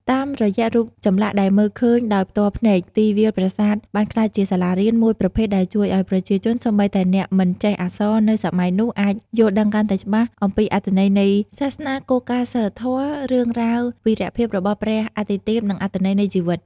តាមរយៈរូបចម្លាក់ដែលមើលឃើញដោយផ្ទាល់ភ្នែក ទីវាលប្រាសាទបានក្លាយជា សាលារៀន មួយប្រភេទ ដែលជួយឲ្យប្រជាជន (សូម្បីតែអ្នកមិនចេះអក្សរនៅសម័យនោះ) អាច យល់ដឹងកាន់តែច្បាស់អំពីអត្ថន័យនៃសាសនា គោលការណ៍សីលធម៌ រឿងរ៉ាវវីរភាពរបស់ព្រះអាទិទេព និងអត្ថន័យនៃជីវិត។